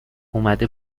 اومده